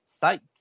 sites